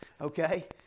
okay